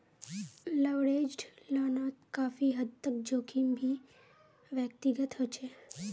leveraged लोनोत काफी हद तक जोखिम भी व्यक्तिगत होचे